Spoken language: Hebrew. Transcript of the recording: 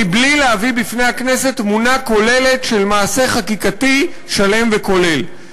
מבלי להביא בפני הכנסת תמונה כוללת של מעשה חקיקתי שלם וכולל.